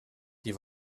die